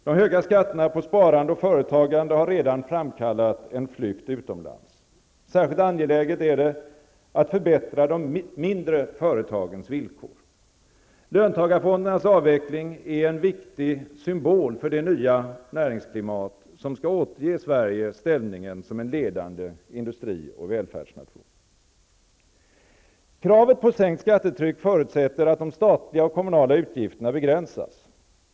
De höga skatterna på sparande och företagande har redan framkallat en flykt utomlands. Särskilt angeläget är det att förbättra de mindre företagens villkor. Löntagarfondernas avveckling är en viktig symbol för det nya näringsklimat som skall återge Sverige ställningen som en ledande industri och välfärdsnation. Kravet på sänkt skattetryck förutsätter att de statliga och kommunala utgifterna begränsas.